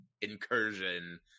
incursion